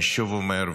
אני שוב אומר,